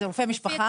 זה רופא משפחה?